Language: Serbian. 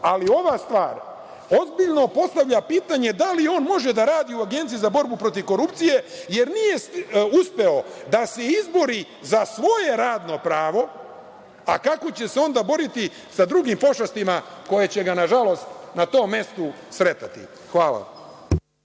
Ali, ova stvar ozbiljno postavlja pitanje da li on može da radi u Agenciji za borbu protiv korupcije, jer nije uspeo da se izbori za svoje radno pravo? Kako će se onda boriti sa drugim pošastima koje će ga, nažalost, na tom mestu sretati? Hvala.